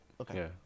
Okay